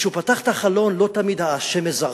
וכשהוא פתח את החלון לא תמיד השמש זרחה.